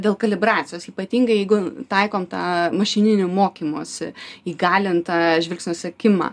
dėl kalibracijos ypatingai jeigu taikom tą mašininį mokymosi įgalintą žvilgsnio sekimą